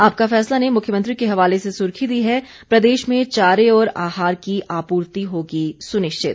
आपका फैसला ने मुख्यमंत्री के हवाले से सुर्खी दी है प्रदेश में चारे और आहार की आपूर्ति होगी सुनिश्चित